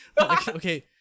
Okay